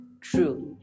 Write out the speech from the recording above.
truly